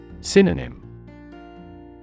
Synonym